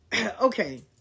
okay